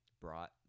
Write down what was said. brought